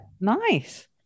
Nice